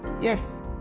Yes